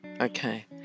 okay